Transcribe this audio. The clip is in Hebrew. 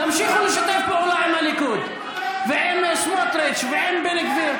תמשיכו לשתף פעולה עם הליכוד ועם סמוטריץ' ועם בן גביר,